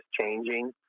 changing